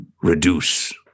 reduce